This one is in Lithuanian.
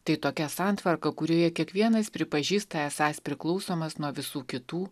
tai tokia santvarka kurioje kiekvienas pripažįsta esąs priklausomas nuo visų kitų